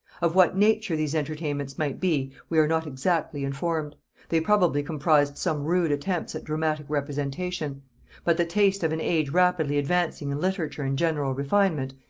of what nature these entertainments might be we are not exactly informed they probably comprised some rude attempts at dramatic representation but the taste of an age rapidly advancing in literature and general refinement,